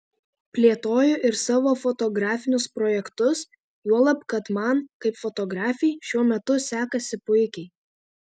plėtoju ir savo fotografinius projektus juolab kad man kaip fotografei šiuo metu sekasi puikiai